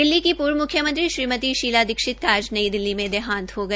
दिल्ली की पूर्व मुख्यमंत्री श्रीमती शीला दीक्षित का आज नई दिल्ली में देहांत हो गया